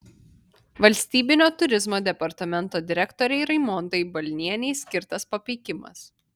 valstybinio turizmo departamento direktorei raimondai balnienei skirtas papeikimas